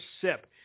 sip